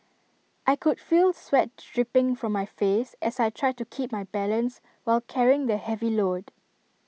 I could feel sweat dripping from my face as I tried to keep my balance while carrying the heavy load